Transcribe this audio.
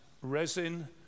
resin